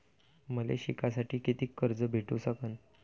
मले शिकासाठी कितीक कर्ज भेटू सकन?